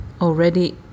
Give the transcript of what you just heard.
already